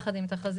ביחד עם תחזית